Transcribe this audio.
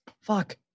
Fuck